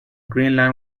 greenland